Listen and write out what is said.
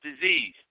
disease